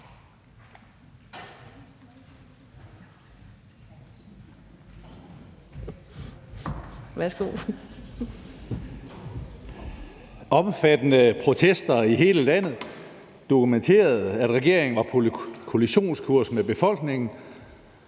Omfattende protester i hele landet dokumenterede, at regeringen var på kollisionskurs med befolkningen,